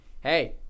hey